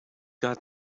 got